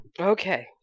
Okay